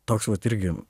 toks vat irgi